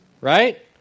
Right